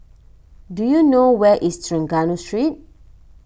do you know where is Trengganu Street